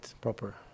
proper